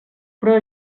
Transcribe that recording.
però